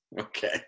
Okay